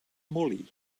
moly